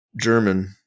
German